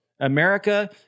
america